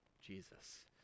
Jesus